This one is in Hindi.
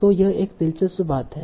तो यह एक दिलचस्प बात है